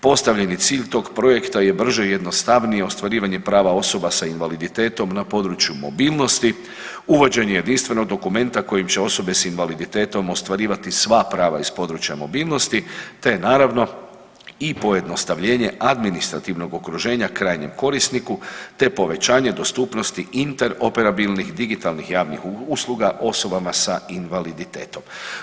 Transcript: Postavljeni cilj tog projekta je brže i jednostavnije ostvarivanje prava osoba sa invaliditetom na području mobilnosti, uvođenje jedinstvenog dokumenata kojim će osobe s invaliditetom ostvarivati sva prava iz područja mobilnosti te naravno i pojednostavljenje administrativnog okruženja krajnjem korisniku te povećanje dostupnosti interoperabilnih digitalnih javnih usluga osoba sa invaliditetom.